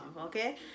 okay